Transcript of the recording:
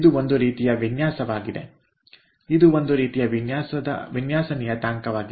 ಇದು ಒಂದು ರೀತಿಯ ವಿನ್ಯಾಸವಾಗಿದೆ ಇದು ಒಂದು ರೀತಿಯ ವಿನ್ಯಾಸ ನಿಯತಾಂಕವಾಗಿದೆ